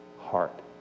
heart